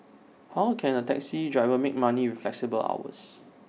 how can A taxi driver make money with flexible hours